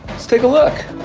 let's take a look.